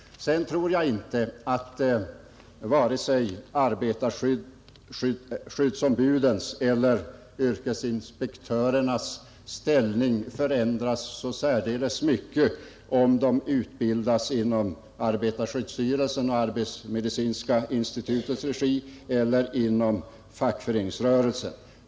Sedan tror jag inte att vare sig arbetarskyddsombudens eller yrkesinspektörernas ställning förändrar särdeles mycket om de utbildas i arbetarskyddsstyrelsens och arbetsmedicinska institutets regi eller inom ett fackligt institut.